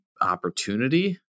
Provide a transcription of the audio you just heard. opportunity